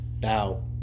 now